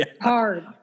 hard